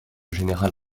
général